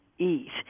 eat